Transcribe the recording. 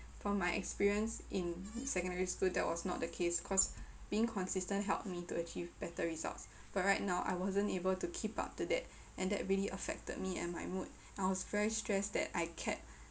from my experience in secondary school that was not the case cause being consistent helped me to achieve better results but right now I wasn't able to keep up to that and that really affected me and my mood I was very stressed that I kept